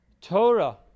Torah